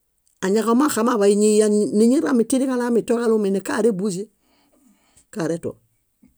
. Añaġomaxamaḃay ñiyyaninirami tíriġalami tóġalomene, karebuĵe, karetuo.